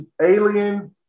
alien